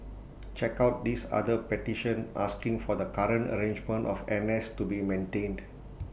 check out this other petition asking for the current arrangement of N S to be maintained